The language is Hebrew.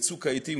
בצוק העתים,